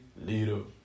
little